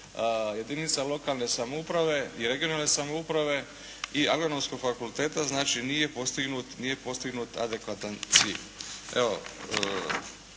jedinica lokalne samouprave i regionalne samouprave i Agronomskog fakulteta znači nije postignut adekvatan cilj.